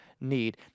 need